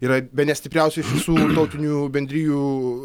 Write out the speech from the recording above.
yra bene stipriausia iš visų tautinių bendrijų